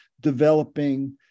developing